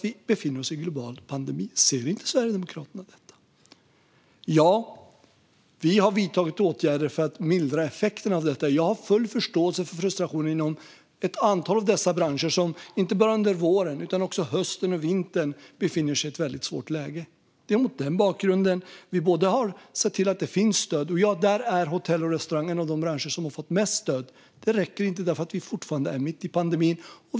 Vi befinner oss i en global pandemi. Ser inte Sverigedemokraterna det? Vi har vidtagit åtgärder för att mildra effekterna av detta, men jag har full förståelse för frustrationen inom ett antal branscher som, inte bara under våren utan hösten och vintern, har befunnit sig och befinner sig i ett svårt läge. Mot denna bakgrund har vi sett till att det finns stöd. Hotell och restaurangbranschen är en av de branscher som har fått mest stöd, men det räcker inte eftersom vi fortfarande är mitt i pandemin.